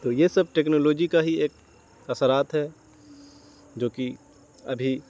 تو یہ سب ٹیکنالوجی کا ہی ایک اثرات ہے جو کہ ابھی